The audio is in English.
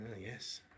Yes